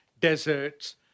deserts